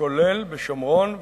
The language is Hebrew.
כולל בשומרון ויהודה,